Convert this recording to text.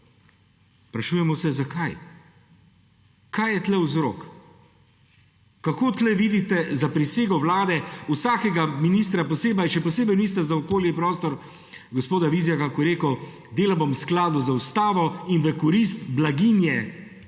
Sprašujemo se, zakaj. Kaj je tukaj vzrok? Kako tukaj vidite zaprisego Vlade, vsakega ministra posebej, še posebej ministra za okolje in prostor gospoda Vizjaka, ko je rekel: »Delal bom v skladu z ustavo in v korist blaginje